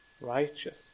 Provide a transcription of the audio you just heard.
righteous